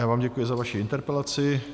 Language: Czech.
A já vám děkuji za vaši interpelaci.